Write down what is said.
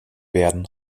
werden